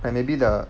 and maybe the